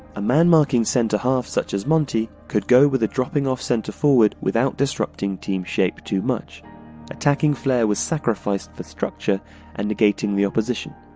a man-marking centre-half such as monti could go with a dropping-off centre-forward without disrupting team shape too much attacking flair was sacrificed for structure and negating the opposition.